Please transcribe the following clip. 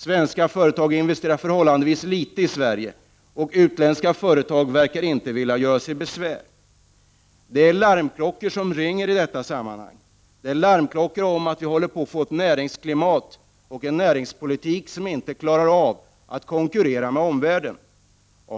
Svenska företag investerar förhållandevis litet i Sverige, och utländska företag verkar inte vilja göra sig besvär. Detta är larmklockor som ringer; det är larm om att vi håller på att få ett näringsklimat och en näringspolitik som gör att vi inte klarar av att konkurrera med omvärlden.